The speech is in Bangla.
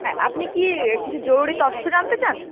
হ্যাঁ আপনি কি কিছু জরুরি তথ্য জানতে চান